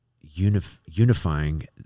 unifying